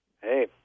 Hey